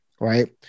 right